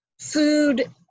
food